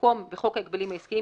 במקום "חוק ההגבלים העסקיים,